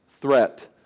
threat